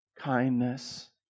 kindness